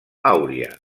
àuria